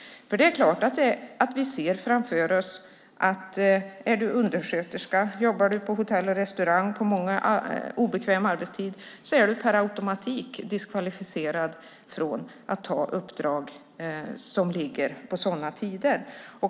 Det är klart att vi ser framför oss att är du undersköterska eller jobbar på hotell eller restaurang på obekväm arbetstid är du per automatik diskvalificerad från att ta uppdrag som ligger på sådana tider.